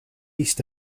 east